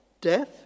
Death